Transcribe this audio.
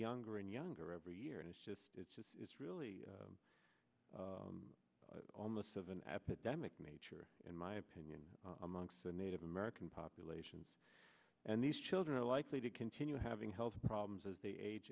younger and younger every year and it's just it's just it's really almost of an epidemic nature in my opinion amongst the native american populations and these children are likely to continue having health problems as they age